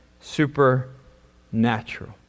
supernatural